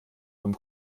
vom